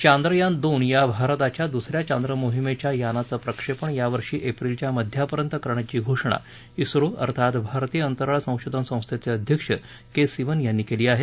चांद्रयान दोन या भारताच्या दुसऱ्या चांद्रमोहीमेच्या यानाचं प्रक्षेपण या वर्षी एप्रिलच्या मध्यापर्यंत करण्याची घोषणा ओ अर्थात भारतीय अंतराळ संशोधन संस्थेचे अध्यक्ष के सिवन यांनी केली आहे